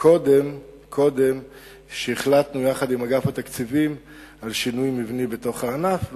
קודם שהחלטנו יחד עם אגף התקציבים על שינוי מבני בענף,